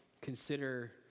consider